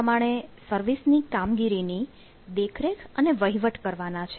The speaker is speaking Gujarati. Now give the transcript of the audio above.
પ્રમાણે સર્વિસ ની કામગીરી ની દેખરેખ અને વહીવટ કરવાના છે